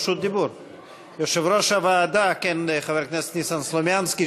יושב-ראש הוועדה חבר הכנסת ניסן סלומינסקי,